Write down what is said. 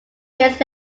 years